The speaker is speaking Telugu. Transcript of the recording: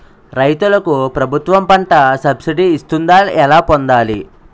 రైతులకు ప్రభుత్వం పంట సబ్సిడీ ఇస్తుందా? ఎలా పొందాలి?